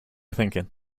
thinking